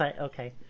Okay